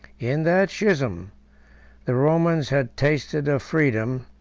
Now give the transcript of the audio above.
in that schism the romans had tasted of freedom,